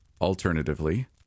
Alternatively